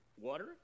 water